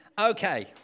okay